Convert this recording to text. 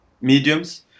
mediums